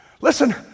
Listen